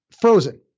frozen